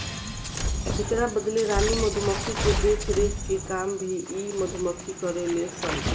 एकरा बदले रानी मधुमक्खी के देखरेख के काम भी इ मधुमक्खी करेले सन